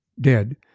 dead